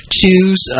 choose